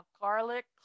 garlic